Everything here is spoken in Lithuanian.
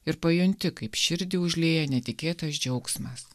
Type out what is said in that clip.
ir pajunti kaip širdį užlieja netikėtas džiaugsmas